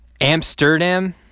Amsterdam